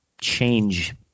change